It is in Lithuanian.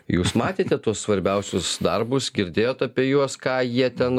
jūs matėte tuos svarbiausius darbus girdėjot apie juos ką jie ten